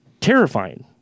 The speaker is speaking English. terrifying